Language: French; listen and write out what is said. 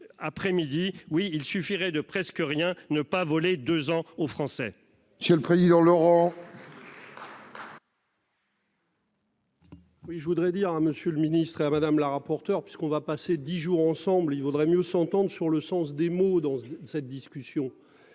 après-midi oui. Il suffirait de presque rien ne pas voler 2 ans aux Français. Si le président Laurent. Oui, je voudrais dire à monsieur le ministre est à madame la rapporteure puisqu'on va passer 10 jours ensemble. Il vaudrait mieux s'entendent sur le sens des mots dans cette discussion.